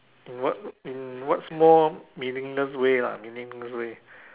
in what in what small meaningless way lah meaningless way